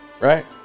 Right